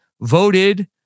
voted